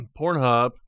Pornhub